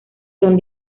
son